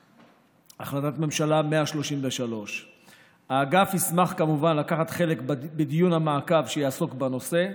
החלטת ממשלה 133. האגף ישמח כמובן לקחת חלק בדיון המעקב שיעסוק בנושא,